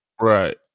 Right